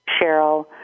Cheryl